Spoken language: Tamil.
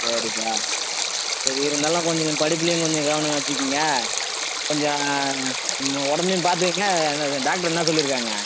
சரிப்பா சரி இருந்தாலும் கொஞ்சம் நீ படிப்பிலேயும் கொஞ்சம் கவனம் வச்சுக்குங்க கொஞ்சம் உடம்பையும் பார்த்துக்குங்க டாக்ட்ரு என்ன சொல்லியிருக்காங்க